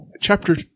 Chapter